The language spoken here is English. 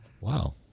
Wow